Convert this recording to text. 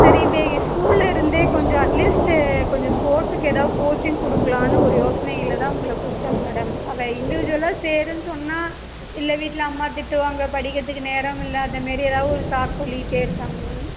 சரி இவள் ஸ்கூல்லேருந்து கொஞ்சம் அட்லீஸ்ட்டு கொஞ்சம் ஸ்போட்ஸ் ஏதாவது கோச்சிங் கொடுக்கலான்னு ஒரு யோசனையில்தான் உங்களை கூப்பிட்டேன் மேடம் அவள் இண்டிஜுவாலாக சேருன்னு சொன்னால் இல்லை வீட்டில் அம்மா திட்டுவாங்க படிக்கிறத்துக்கு நேரம் இல்லை அதை மாரி எதாவது ஒரு சாக்கு சொல்லிக்கிட்டே இருக்காள் மேம்